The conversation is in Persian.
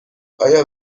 آیا